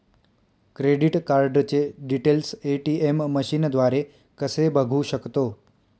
Credit कार्डचे details ATM मशीनद्वारे कसे बघू शकतो?